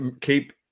keep